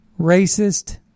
racist